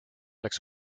oleks